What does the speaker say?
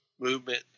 movement